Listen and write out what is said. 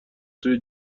توی